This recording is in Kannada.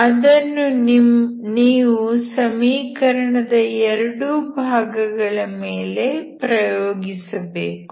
ಅದನ್ನು ನೀವು ಸಮೀಕರಣದ ಎರಡು ಭಾಗಗಳ ಮೇಲೆ ಪ್ರಯೋಗಿಸಬೇಕು